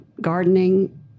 gardening